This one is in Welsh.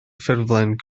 ffurflen